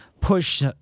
push